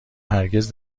هرگز